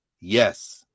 Yes